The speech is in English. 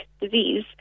disease